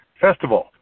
festival